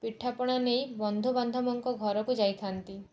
ପିଠାପଣା ନେଇ ବନ୍ଧୁବାନ୍ଧବଙ୍କ ଘରକୁ ଯାଇ ଥାଆନ୍ତି